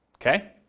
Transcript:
Okay